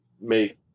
make